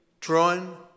drawn